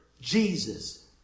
Jesus